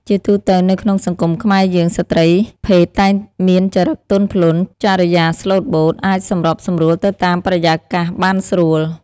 ជាទូទៅនៅក្នុងសង្គមខ្មែរយើង ស្រ្តីភេទតែងមានចរិកទន់ភ្លន់ ចរិយាស្លូតបូត អាចសម្របសម្រួលទៅតាមបរិយាកាសបានស្រួល ។